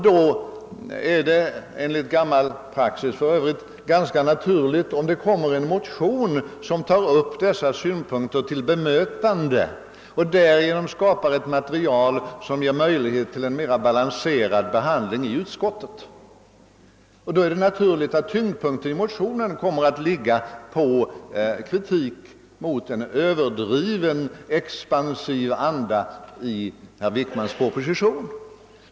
Då är det, enligt gammal praxis för övrigt, ganska naturligt om det kommer en motion som tar upp dessa synpunkter till bemötande och därigenom skapar ett material som ger möjlighet till en mera balanserad behandling i utskottet. Därför är det också naturligt att tyngdpunkten i motionen kommit att ligga på kritik mot den överdrivet expansiva tendensen i herr Wickmans proposition.